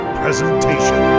presentation